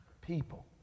people